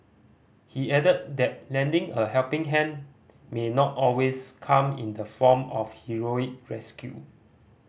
he added that lending a helping hand may not always come in the form of a heroic rescue